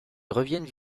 reviennent